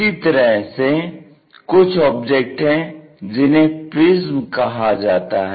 इसी तरह से कुछ ऑब्जेक्ट है जिन्हें प्रिज्म कहा जाता है